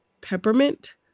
peppermint